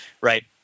right